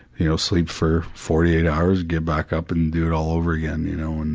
you know sleep for forty eight hours, get back up, and, do it all over again, you know, and